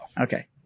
Okay